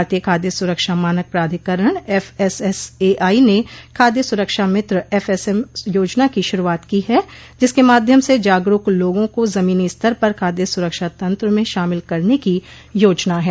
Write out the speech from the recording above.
भारतीय खाद्य सुरक्षा मानक प्राधिकरण एफएसएसए आई ने खाद्य सुरक्षा मित्र एफएसएम योजना की शुरुआत की है जिसके माध्यम से जागरूक लोगों को जमीनी स्तर पर खाद्य सुरक्षा तंत्र में शामिल करने की योजना है